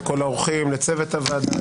לצוות הוועדה,